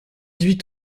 huit